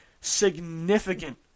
significant